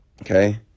Okay